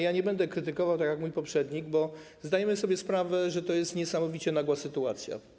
Ja nie będę jej krytykował tak jak mój poprzednik, bo zdajemy sobie sprawę, że to jest niesamowicie nagła sytuacja.